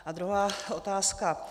A druhá otázka.